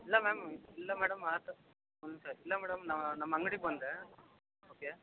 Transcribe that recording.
ಇಲ್ಲ ಮ್ಯಾಮ್ ಇಲ್ಲ ಮೇಡಮ್ ಆ ಥರ ಒಂದು ಇಲ್ಲ ಮೇಡಮ್ ನಮ್ಮ ಅಂಗ್ಡಿಗೆ ಬಂದೆ ಓಕೆ